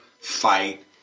fight